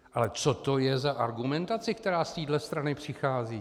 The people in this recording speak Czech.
Ale co to je za argumentaci, která z téhle strany přichází?